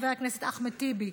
חבר הכנסת אחמד טיבי,